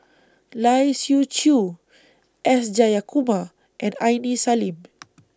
Lai Siu Chiu S Jayakumar and Aini Salim